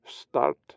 Start